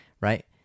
right